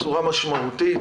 בצורה משמעותית,